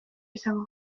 izango